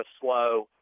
slow